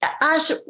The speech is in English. Ash